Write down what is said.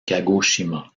kagoshima